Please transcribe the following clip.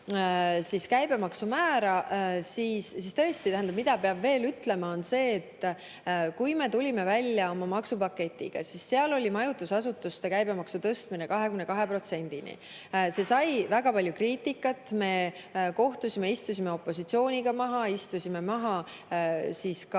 käibemaksumäära, siis tõesti, tähendab, mida peab veel ütlema, on see, et kui me tulime välja oma maksupaketiga, siis seal oli majutusasutuste käibemaksu tõstmine 22%‑ni. See sai väga palju kriitikat. Me kohtusime opositsiooniga, istusime maha ka